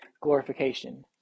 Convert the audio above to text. glorification